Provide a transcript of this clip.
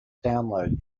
download